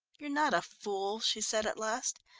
you're not a fool, she said at last.